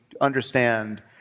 understand